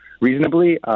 reasonably